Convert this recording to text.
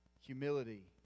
humility